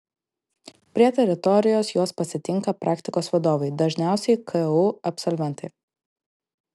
prie teritorijos juos pasitinka praktikos vadovai dažniausiai ku absolventai